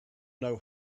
know